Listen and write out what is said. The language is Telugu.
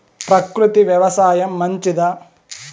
ప్రకృతి వ్యవసాయం మంచిదా?